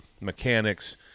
mechanics